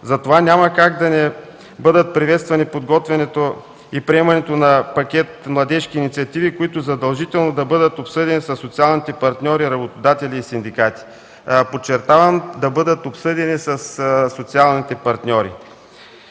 Затова няма как да не бъдат приветствани подготвянето и приемането на пакет младежки инициативи, които задължително да бъдат обсъдени със социалните партньори, работодатели и синдикати. Подчертавам – да бъдат обсъдени със социалните партньори,